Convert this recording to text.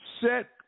set